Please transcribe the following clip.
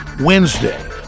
Wednesday